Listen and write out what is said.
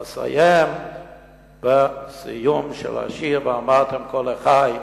ואסיים בסיום של השיר "ואמרתם כה לחי"